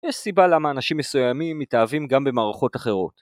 יש סיבה למה אנשים מסוימים מתאהבים גם במערכות אחרות.